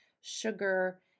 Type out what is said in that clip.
sugar